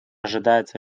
ожидается